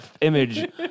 image